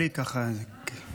יש שיר טוב ששרתי לגלית דיסטל,